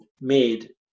made